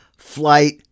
flight